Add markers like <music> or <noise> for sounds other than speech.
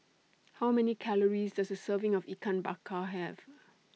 <noise> How Many Calories Does A Serving of Ikan Bakar Have <noise>